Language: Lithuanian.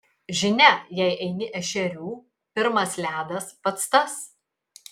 žinia jei eini ešerių pirmas ledas pats tas